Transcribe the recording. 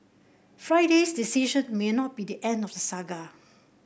Friday's decision may not be the end of the saga